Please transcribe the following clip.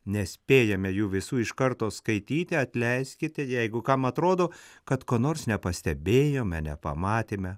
nespėjame jų visų iš karto skaityti atleiskite jeigu kam atrodo kad ko nors nepastebėjome nepamatėme